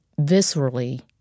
viscerally